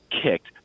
kicked